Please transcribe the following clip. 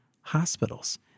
hospitals